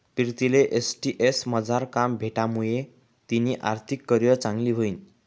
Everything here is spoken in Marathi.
पीरतीले टी.सी.एस मझार काम भेटामुये तिनी आर्थिक करीयर चांगली व्हयनी